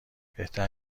بهتر